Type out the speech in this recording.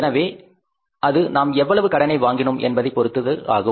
எனவே அது நாம் எவ்வளவு கடனை வாங்கினோம் என்பதைப் பொறுத்தது ஆகும்